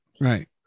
Right